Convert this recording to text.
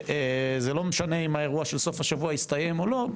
זה לא משנה אם האירוע של סוף השבוע הסתיים או לא,